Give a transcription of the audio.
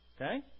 Okay